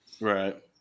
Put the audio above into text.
right